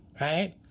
right